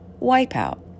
wipeout